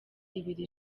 ibiri